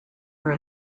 were